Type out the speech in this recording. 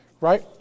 Right